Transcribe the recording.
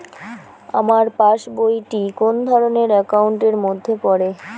আমার passbook টি কোন ধরণের একাউন্ট এর মধ্যে পড়ে?